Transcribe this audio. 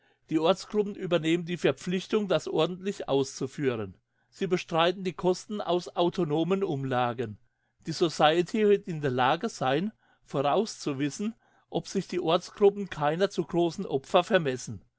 die ortsgruppen übernehmen die verpflichtung das ordentlich auszuführen sie bestreiten die kosten aus autonomen umlagen die society wird ja in der lage sein vorauszuwissen ob sich die ortsgruppen keiner zu grossen opfer